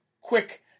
quick